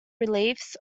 reliefs